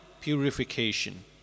purification